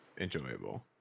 enjoyable